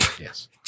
yes